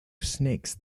snakes